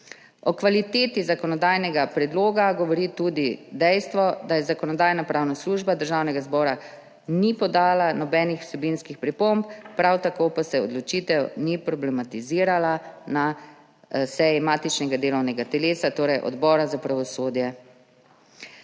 O kvaliteti zakonodajnega predloga govori tudi dejstvo, da Zakonodajno-pravna služba Državnega zbora ni podala nobenih vsebinskih pripomb, prav tako pa se odločitev ni problematizirala na seji matičnega delovnega telesa, torej Odbora za pravosodje.